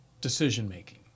decision-making